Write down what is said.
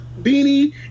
beanie